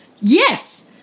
yes